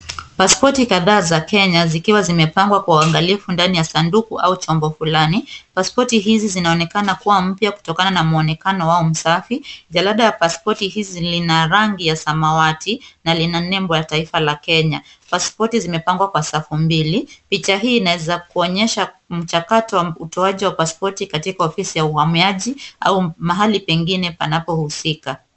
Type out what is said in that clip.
Pasipoti kadhaa za Kenya zikiwa zimepangwa kwa uangalifu ndani ya sanduku au chombo fulani. Pasipoti hizi zinaonekana kuwa mpya kutokana na mwonekano wao msafi. Jalada ya paspoti hizi lina rangi ya samawati na lina nembo ya taifa ya Kenya. Pasipoti zimepangwa kwa safu mbili. Picha hii inaweza kuonyesha mchakato wa utoaji wa pasipoti katika ofisi ya uhamiaji au mahali pengine panapohusika.